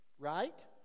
Right